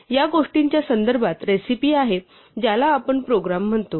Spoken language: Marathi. या गोष्टीच्या संदर्भात रेसिपी आहे ज्याला आपण प्रोग्राम म्हणतो